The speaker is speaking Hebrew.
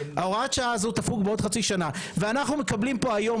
הוראת השעה הזו תפוג בעוד חצי שנה ואנחנו מקבלים פה היום